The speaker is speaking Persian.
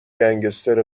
گنگستر